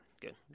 Good